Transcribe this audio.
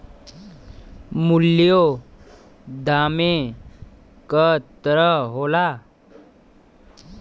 मूल्यों दामे क तरह होला